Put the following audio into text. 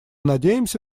надеемся